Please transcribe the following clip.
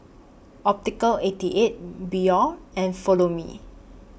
Optical eighty eight Biore and Follow Me